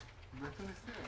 שאלה